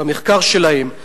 המחקר שלהם,